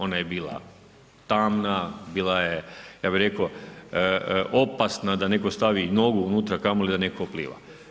Ona je bila tamna, bila je, ja bih rekao opasna da netko stavi nogu unutra, a kamoli da netko pliva.